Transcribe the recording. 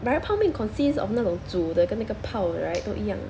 but then 泡面 consists of 那种煮的跟那个泡的 right 都一样